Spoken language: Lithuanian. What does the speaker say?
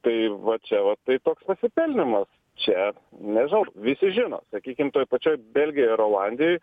tai va čia va tai toks pasipelnymas čia nežinau visi žino sakykim toj pačioj belgijoj ar olandijoj